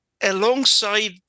alongside